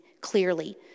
clearly